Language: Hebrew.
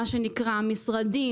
מה שנקרא "המשרדים",